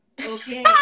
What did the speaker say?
okay